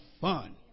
fun